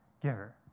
giver